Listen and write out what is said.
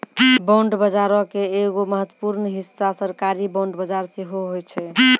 bond बजारो के एगो महत्वपूर्ण हिस्सा सरकारी बांड बजार सेहो होय छै